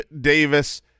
Davis